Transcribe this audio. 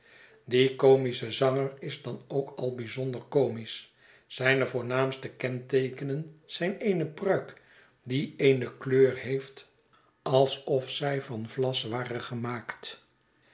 die comische zanger is dan ook al bijzonder comisch zijne voornaamste kenteekenen zyn eene pruik die eene kleur heeft alsof zij van vlas ware gemaakt